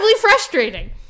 frustrating